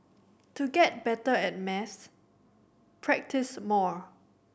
to get better at maths practise more